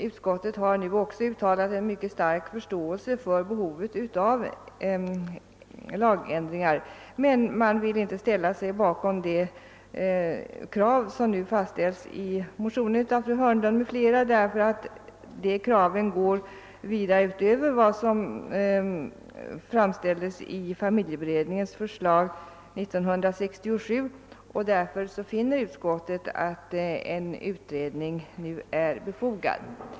Utskottet har nu också uttalat en mycket stark förståelse för behovet av en lagändring, men man vill inte ställa sig bakom de krav som framförs i motionen av fru Hörnlund m.fl., därför att dessa går vida utöver vad som framfördes i familjeberedningens förslag år 1967. Utskottet finner därför att en utredning nu är befogad.